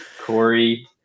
Corey